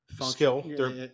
skill